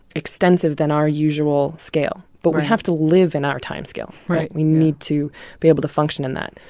extensive than our usual scale right but we have to live in our time scale right we need to be able to function in that.